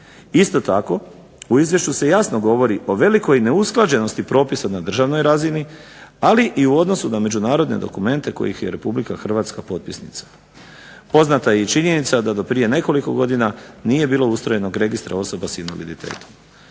Isto tako, u izvješću se jasno govori o velikoj neusklađenosti propisa na državnoj razini, ali i u odnosu na međunarodne dokumente kojih je Republika Hrvatska potpisnica. Poznata je i činjenica da do prije nekoliko godina nije bilo ustrojenog Registra osoba s invaliditetom.